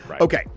Okay